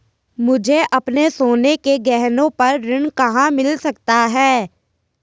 मुझे अपने सोने के गहनों पर ऋण कहाँ मिल सकता है?